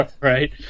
right